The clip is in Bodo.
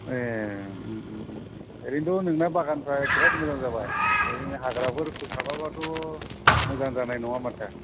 ए उम उम उम ओरैनोथ' नोंना बागानफ्रा बेराद मोजां जाबाय ओरैनो हाग्राफोर फोसाब्ला बाथ' मोजां जानाय नङा माथो